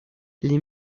les